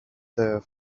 their